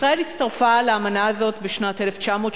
ישראל הצטרפה לאמנה הזאת בשנת 1980